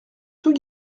tout